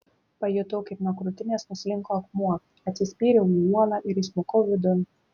pajutau kaip nuo krūtinės nuslinko akmuo atsispyriau į uolą ir įsmukau vidun